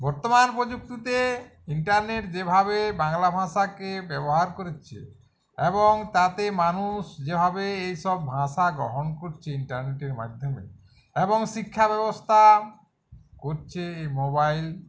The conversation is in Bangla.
বর্তমান পোযুক্তিতে ইন্টারনেট যেভাবে বাংলা ভাঁষাকে ব্যবহার করেছে এবং তাতে মানুষ যেভাবে এইসব ভাঁষা গ্রহণ করছে ইন্টারনেটের মাধ্যমে এবং শিক্ষাব্যবস্থা করছে মোবাইল